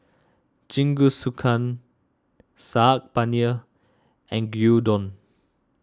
Jingisukan Saag Paneer and Gyudon